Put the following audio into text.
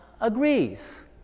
agrees